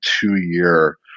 two-year